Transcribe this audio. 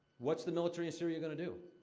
what's the military in syria gonna do?